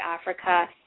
Africa